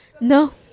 No